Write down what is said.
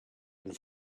and